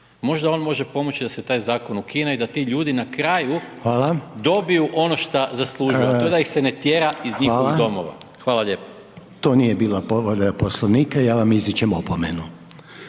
možda on može pomoći da se taj zakon ukine i da ti ljudi na kraju …/Upadica: Hvala./… dobiju ono što zaslužuju. To da ih se ne tjera iz njihovih domova. Hvala lijepo. **Reiner, Željko (HDZ)** To nije bila povreda Poslovnika i ja vam izričem opomenu.